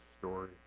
story